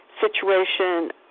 situation